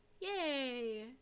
Yay